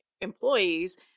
employees